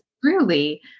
truly